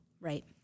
Right